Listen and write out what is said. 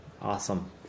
Awesome